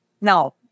Now